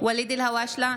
ואליד אלהואשלה,